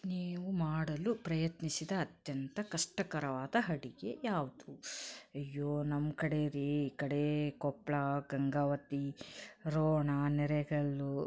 ನೀವು ಮಾಡಲು ಪ್ರಯತ್ನಿಸಿದ ಅತ್ಯಂತ ಕಷ್ಟಕರವಾದ ಅಡಿಗೆ ಯಾವುದು ಅಯ್ಯೋ ನಮ್ಮ ಕಡೆ ರೀ ಈ ಕಡೆ ಕೊಪ್ಪಳ ಗಂಗಾವತಿ ರೋಣ ನೆರೆಗಲ್ಲು